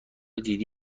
دیدی